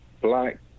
black